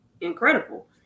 incredible